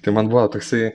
tai man buvo toksai